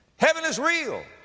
heaven is real.